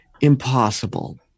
impossible